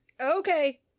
Okay